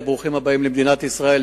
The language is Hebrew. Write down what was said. ברוכים הבאים למדינת ישראל,